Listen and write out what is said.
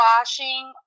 washing